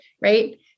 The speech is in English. Right